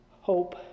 hope